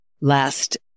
last